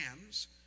hands